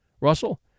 Russell